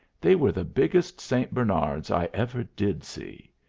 they were the biggest st. bernards i ever did see.